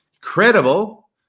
credible